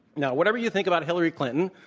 now, whatever you think about hillary clinton